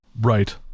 Right